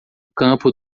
campo